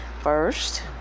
First